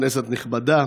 כנסת נכבדה,